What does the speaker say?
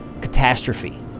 catastrophe